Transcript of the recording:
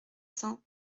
cents